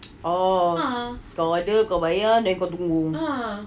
oh kau order kau bayar nanti kau tunggu